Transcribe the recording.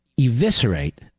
eviscerate